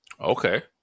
Okay